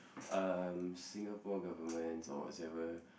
um Singapore government or whatsoever